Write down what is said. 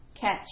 catch